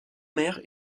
maire